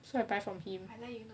so I buy from him